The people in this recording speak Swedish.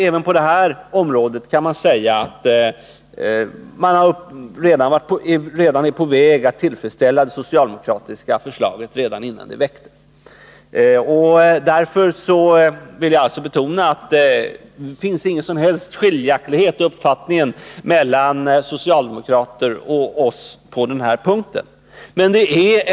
Även på detta område kan man alltså säga att socialdemokraternas förslag i stort sett var på väg att bli förverkligat redan innan det lades fram. Av den anledningen vill jag betona att det inte finns någon som helst skiljaktighet i uppfattning mellan socialdemokraterna och utskottsmajoriteten på den punkten.